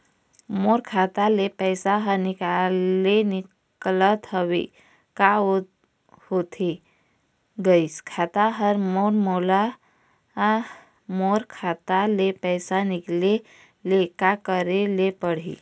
मोर खाता ले पैसा हर निकाले निकलत हवे, का होथे गइस खाता हर मोर, मोला मोर खाता ले पैसा निकाले ले का करे ले पड़ही?